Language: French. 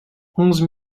onze